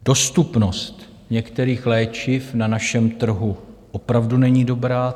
Dostupnost některých léčiv na našem trhu opravdu není dobrá.